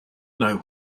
know